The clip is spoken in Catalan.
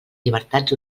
llibertats